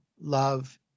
love